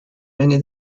many